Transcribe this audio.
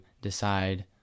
decide